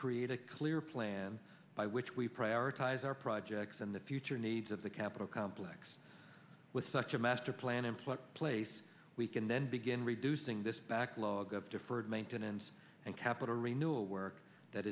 create a clear plan by which we prioritize our projects and the future needs of the capital complex with such a master plan employed place we can then begin reducing this backlog of deferred maintenance and capital renewal work that